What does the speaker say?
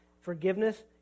forgiveness